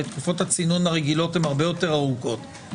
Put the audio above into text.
הרי תקופות הצינון הרגילות הן הרבה יותר ארוכות.